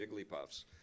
Jigglypuffs